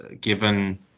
given